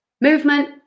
movement